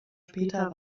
später